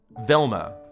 Velma